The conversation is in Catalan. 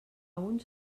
uns